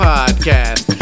Podcast